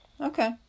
Okay